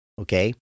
Okay